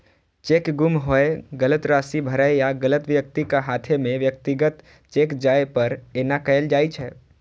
cheque गुम होय, गलत राशि भरै या गलत व्यक्तिक हाथे मे व्यक्तिगत चेक जाय पर एना कैल जाइ छै